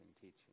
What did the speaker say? teaching